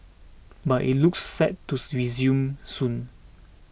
but it looks set to resume soon